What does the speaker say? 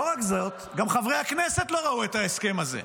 לא רק זאת, גם חברי הכנסת לא ראו את ההסכם הזה,